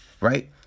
right